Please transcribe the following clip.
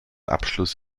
abschluss